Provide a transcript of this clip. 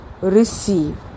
receive